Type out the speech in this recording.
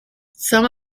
some